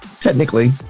technically